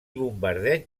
bombardeig